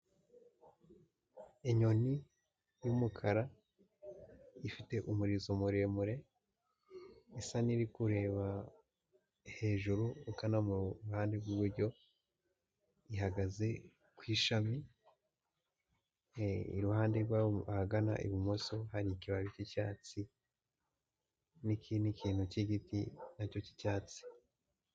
Inyoni y'umukara ifite umurizo muremure, isa n'ikureba hejuru ugana mu ruhande rw'iburyo, ihagaze ku ishami, iruhande ahagana ibumoso hari ikibabi cy'icyatsi n'ikindi kintu cy'igiti nacyo cy'icyatsi.